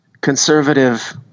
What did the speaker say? conservative